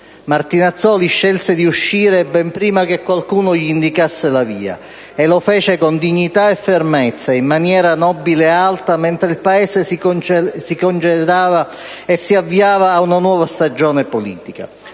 Martinazzoli scelse di uscire ben prima che qualcuno gli indicasse la via, e lo fece con dignità e fermezza, in maniera nobile e alta, mentre il Paese si avviava ad una nuova stagione politica.